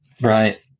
Right